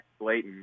blatant